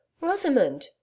Rosamond